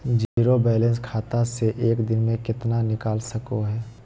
Zero balance खाता से एक दिन में कितना निकाल सको है?